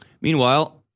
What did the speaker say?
Meanwhile